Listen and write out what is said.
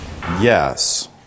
Yes